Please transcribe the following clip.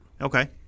Okay